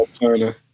Turner